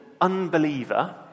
unbeliever